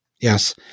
yes